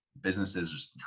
businesses